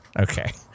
Okay